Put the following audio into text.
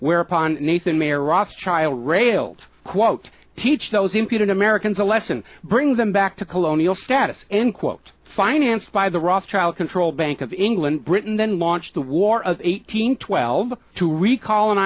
whereupon nathan meraz trial railed quote teach those impudent americans a lesson brings them back to colonial status and quote financed by the rothschild controlled bank of england britain then launched the war of eighteen twelve to recall and